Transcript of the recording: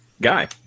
guy